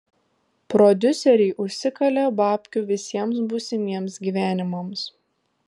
prodiuseriai užsikalė babkių visiems būsimiems gyvenimams